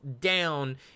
down